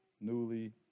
newly